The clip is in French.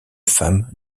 femmes